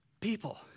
People